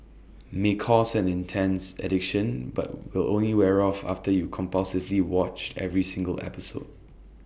may cause an intense addiction but will only wear off after you have compulsively watched every single episode